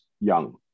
young